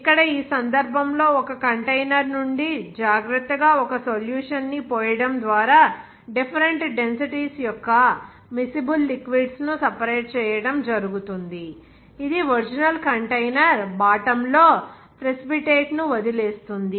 ఇక్కడ ఈ సందర్భంలో ఒక కంటైనర్ నుండి జాగ్రత్తగా ఒక సొల్యూషన్ ని పోయడం ద్వారా డిఫరెంట్ డెన్సిటీస్ యొక్క మిసిబుల్ లిక్విడ్స్ ను సెపరేట్ చేయడం జరుగుతుంది ఇది ఒరిజినల్ కంటైనర్ బాటమ్ లో ప్రెసిపీటేట్ ను వదిలివేస్తుంది